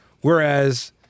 Whereas